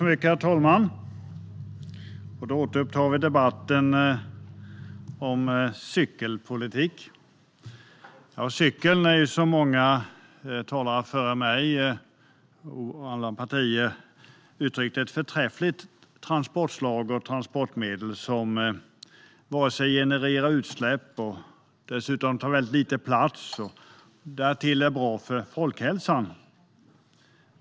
Herr talman! Då återupptar vi debatten om cykelpolitik. Som många talare före mig, från alla partier, har uttryckt är cykeln ett förträffligt transportslag och transportmedel. Cykling genererar inga utsläpp och tar dessutom väldigt lite plats. Därtill är det bra för folkhälsan.